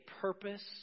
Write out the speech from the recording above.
purpose